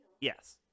Yes